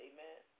Amen